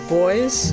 boys